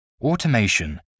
automation